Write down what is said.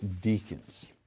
deacons